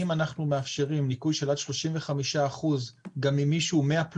אם אנחנו מאפשרים ניכוי של עד 35% גם ממי שהוא 100%,